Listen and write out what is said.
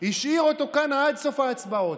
השאיר אותו כאן עד סוף ההצבעות,